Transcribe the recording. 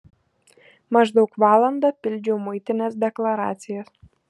maždaug valandą pildžiau muitinės deklaracijas